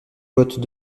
bottes